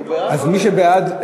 אז מי שבעד,